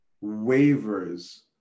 wavers